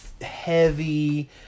heavy